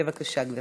בבקשה, גברתי.